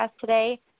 today